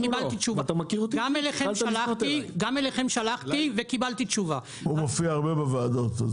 הוא מופיע הרבה בוועדות.